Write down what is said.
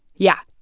yeah,